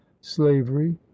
slavery